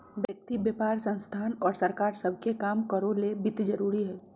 व्यक्ति व्यापार संस्थान और सरकार सब के काम करो ले वित्त जरूरी हइ